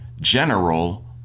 general